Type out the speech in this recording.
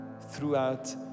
throughout